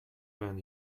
when